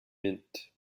mint